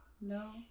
No